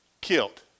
killed